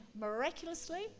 miraculously